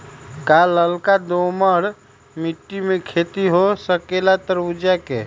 का लालका दोमर मिट्टी में खेती हो सकेला तरबूज के?